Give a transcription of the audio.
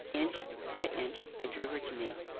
inch by inch i drew her to me,